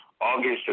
August